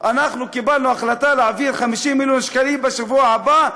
אנחנו קיבלנו החלטה להעביר 50 מיליון שקלים בשבוע הבא,